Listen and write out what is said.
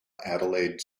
adelaide